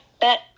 bet